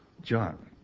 John